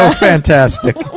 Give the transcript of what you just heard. ah fantastic.